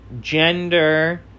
gender